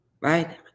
right